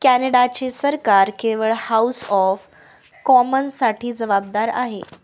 कॅनडाचे सरकार केवळ house of कॉमन्ससाठी जबाबदार आहे